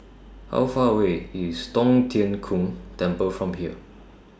How Far away IS Tong Tien Kung Temple from here